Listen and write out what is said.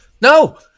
No